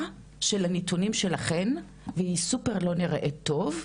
של הנתונים שלכן היא סופר לא נראית טוב,